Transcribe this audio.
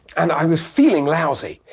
and i was feeling lousy.